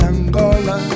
Angola